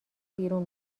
بیرون